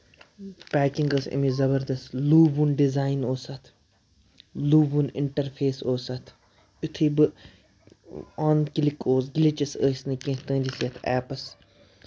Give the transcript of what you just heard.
packing ٲسۍ اَمِچ زَبردست لوٗبوُن ڈِزایِن اوس اَتھ لوٗبوُن اِنٹر فیس اوس اَتھ یِتھُے بہٕ آن کِلِک اوس گِلِچِس ٲسۍ نہٕ کیٚنٛہہ تُہٕنٛدِس یَتھ ایپس